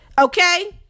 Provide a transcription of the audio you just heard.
okay